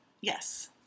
Yes